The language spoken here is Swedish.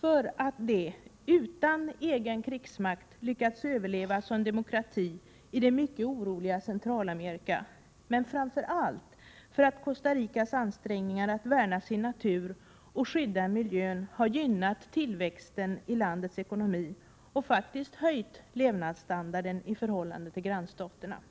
därför att det utan egen krigsmakt lyckats överleva som demokrati i det mycket oroliga Centralamerika men framför allt därför att Costa Ricas ansträngningar att värna sin natur och skydda miljön har gynnat tillväxten i landets ekonomi och höjt levnadsstandarden i förhållande till grannstaterna.